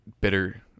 bitter